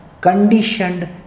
conditioned